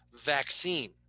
vaccine